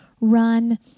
run